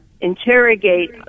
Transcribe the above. interrogate